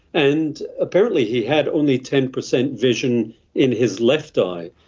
and apparently, he had only ten percent vision in his left eye.